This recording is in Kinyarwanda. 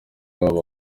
babo